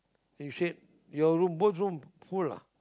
you said your room both room full ah